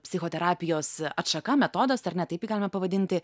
psichoterapijos atšaka metodas ar ne taip jį galime pavadinti